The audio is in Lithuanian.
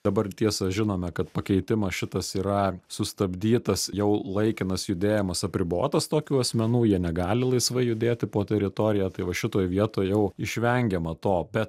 dabar tiesa žinome kad pakeitimas šitas yra sustabdytas jau laikinas judėjimas apribotas tokių asmenų jie negali laisvai judėti po teritoriją tai va šitoj vietoj jau išvengiama to bet